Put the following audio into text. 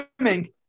Swimming